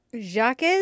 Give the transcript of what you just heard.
Jacques